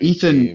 Ethan